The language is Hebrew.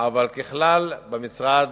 אבל ככלל במשרד